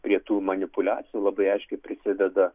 prie tų manipuliacijų labai aiškiai prisideda